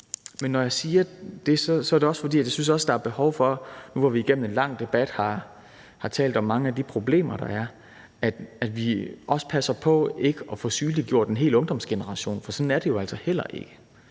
Men når jeg siger det, er det også, fordi jeg synes, at der også er behov for – nu, hvor vi igennem en lang debat har talt om mange af de problemer, der er – at vi passer på ikke at få sygeliggjort en hel ungdomsgeneration, for sådan er det jo altså heller ikke.